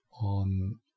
on